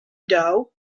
dough